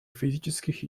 физических